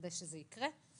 נוודא שזה יקרה.